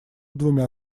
двумя